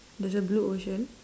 there's a blue ocean